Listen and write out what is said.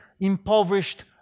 impoverished